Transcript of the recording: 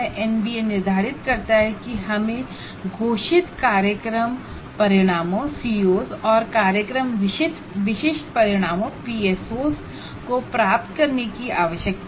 NBA निर्धारित करता है कि हमें घोषित कोर्स आउटकम और प्रोग्राम स्पेसिफिक आउटकम को प्राप्त करने की आवश्यकता है